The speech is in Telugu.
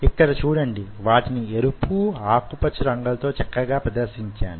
ఇక్కడ చూడండి వాటిని ఎరుపు ఆకుపచ్చ రంగులతో చక్కగా ప్రదర్శించాను